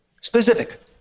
specific